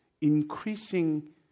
increasing